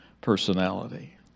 personality